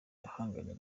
ahanganye